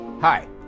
Hi